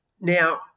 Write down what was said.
Now